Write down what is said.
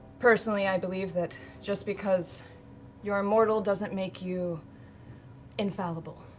personally, i believe that just because you're immortal doesn't make you infallible.